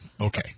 Okay